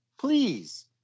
Please